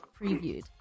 previewed